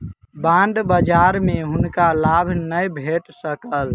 bond बजार में हुनका लाभ नै भेट सकल